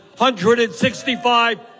165